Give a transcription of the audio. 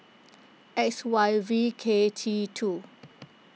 X Y V K T two